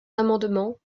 amendements